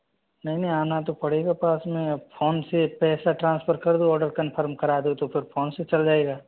नहीं नहीं आना तो पड़ेगा पास में अब फ़ोन से पैसा ट्रांसफ़र कर दो आर्डर कन्फ़र्म करा दो तो फिर फ़ोन से चल जाएगा